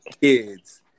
kids –